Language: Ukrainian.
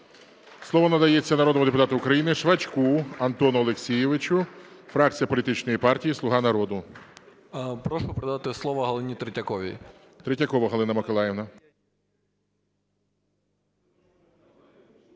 Слово надається народному депутату України Швачку Антону Олексійовичу, фракція політичної партії "Слуга народу". 16:42:34 ШВАЧКО А.О. Прошу передати слово Галині Третьяковій. ГОЛОВУЮЧИЙ. Третьякова Галина Миколаївна.